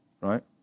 right